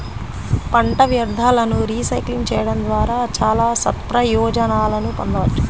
పంట వ్యర్థాలను రీసైక్లింగ్ చేయడం ద్వారా చాలా సత్ప్రయోజనాలను పొందవచ్చు